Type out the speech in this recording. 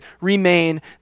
remain